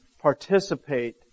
participate